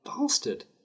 bastard